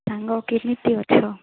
ସାଙ୍ଗ କେମିତି ଅଛ